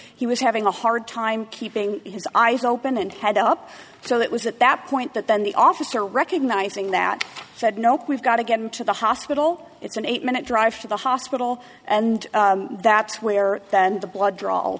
he was having a hard time keeping his eyes open and head up so it was at that point that then the officer recognizing that said no we have got to get him to the hospital it's an eight minute drive to the hospital and that's where the blood draw